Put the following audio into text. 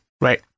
right